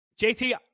JT